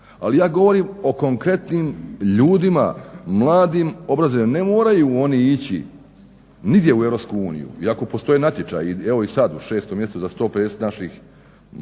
Ali ja govorim o konkretnim ljudima, mladim, obrazovanim. Ne moraju oni ići nigdje u Europsku uniju, iako postoje natječaji evo i sad u 6. mjesecu za 150 naših mladih